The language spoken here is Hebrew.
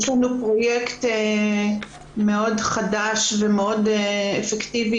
יש לנו פרויקט מאוד חדש ומאוד אפקטיבי